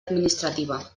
administrativa